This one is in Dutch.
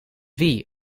wie